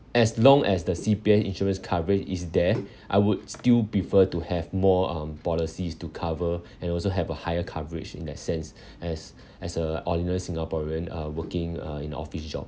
as long as the C_P_F insurance coverage is there I would still prefer to have more um policies to cover and also have a higher coverage in that sense as as a ordinary singaporean uh working uh in a office job